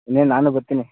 ಇನ್ನೇನು ನಾನು ಬರ್ತೀನಿ